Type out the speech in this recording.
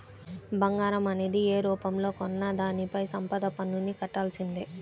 బంగారం అనేది యే రూపంలో కొన్నా దానిపైన సంపద పన్నుని కట్టాల్సిందే